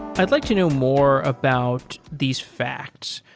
i'd like to know more about these facts.